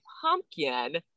pumpkin